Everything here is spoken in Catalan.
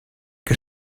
que